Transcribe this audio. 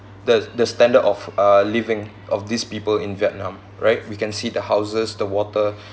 the the standard of uh living of these people in vietnam right we can see the houses the water